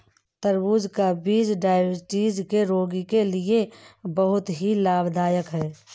तरबूज का बीज डायबिटीज के रोगी के लिए बहुत ही लाभदायक है